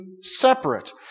separate